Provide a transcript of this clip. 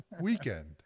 weekend